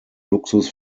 luxus